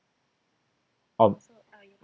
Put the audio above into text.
or